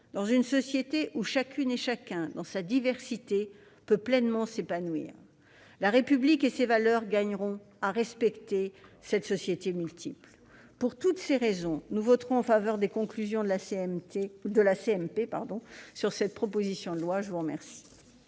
dans une société où chacune et chacun, dans sa diversité, peut pleinement s'épanouir. La République et ses valeurs gagneront à respecter cette société multiple. Pour toutes ces raisons, nous voterons les conclusions de la CMP sur la présente proposition de loi. La parole